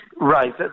Right